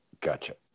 Gotcha